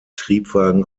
triebwagen